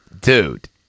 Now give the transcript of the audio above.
dude